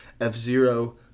F-Zero